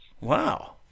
Wow